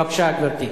בבקשה, גברתי.